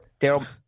Daryl